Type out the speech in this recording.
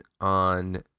on